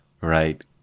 right